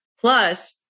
Plus